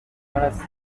n’abatutsi